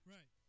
Right